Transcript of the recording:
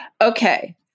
Okay